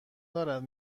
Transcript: دارد